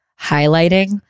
highlighting